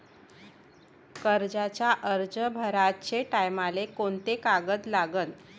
कर्जाचा अर्ज भराचे टायमाले कोंते कागद लागन?